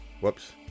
Whoops